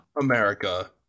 America